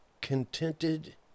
contented